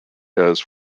has